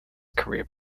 career